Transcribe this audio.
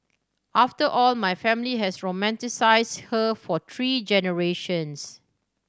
after all my family has romanticised her for three generations